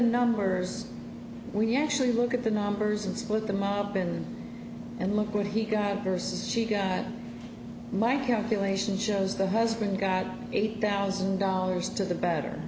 numbers we actually look at the numbers and split them up in and look what he got there says she got my calculation shows the husband got eight thousand dollars to the better